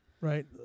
right